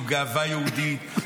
בגאווה יהודית,